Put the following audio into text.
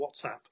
WhatsApp